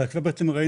אז בעצם ראינו,